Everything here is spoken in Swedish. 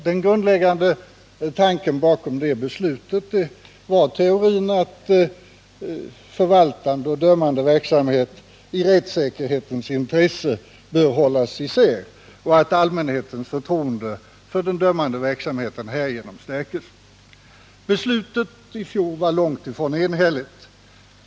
Den grundläggande tanken bakom beslutet var teorin att förvaltande och dömande verksamhet i rättssäkerhetens intresse bör hållas isär och att allmänhetens förtroende för den dömande verksamheten härigenom stärks. Beslutet i fjol var långt ifrån enhälligt.